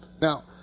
Now